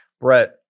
Brett